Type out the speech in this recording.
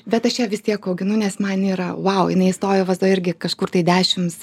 bet aš ją vis tiek auginu nes man yra vau jinai stovi vazoj irgi kažkur tai dešims